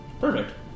Perfect